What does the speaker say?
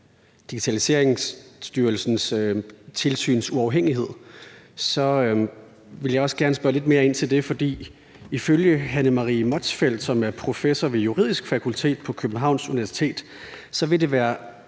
Digitaliseringsstyrelsens tilsyns uafhængighed vil jeg også gerne spørge lidt mere ind til det. For ifølge Hanne Marie Motzfeldt, som er professor ved Det Juridiske Fakultet på Københavns Universitet, vil det være